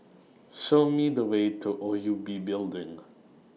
Show Me The Way to O U B Building